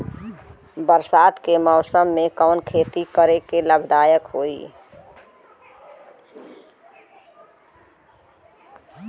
बरसात के मौसम में कवन खेती करे में लाभदायक होयी?